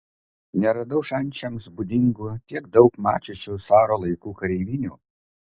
neradau šančiams būdingų tiek daug mačiusių caro laikų kareivinių